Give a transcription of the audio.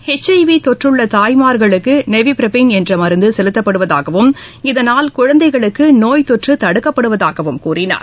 HIV தொற்றுள்ள தாய்மார்களுக்கு nevirapine என்ற மருந்து செலுத்தப்படுவதாகவும் இதனால் குழந்தைகளுக்கு நோய் தொற்று தடுக்கப்படுவதாகவும் கூறினார்